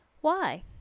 Why